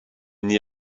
n’y